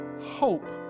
hope